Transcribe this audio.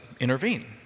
intervene